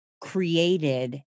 created